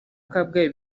kabgayi